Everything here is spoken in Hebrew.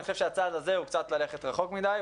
אני חושב שהצעד הזה קצת הולך קצת רחוק מדי,